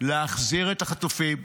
להחזיר את החטופים,